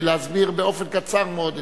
להסביר באופן קצר מאוד את,